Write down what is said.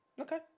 okay